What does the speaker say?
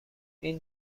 این